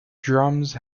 drums